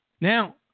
Now